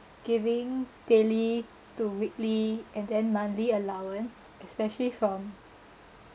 giving daily to weekly and then monthly allowance especially from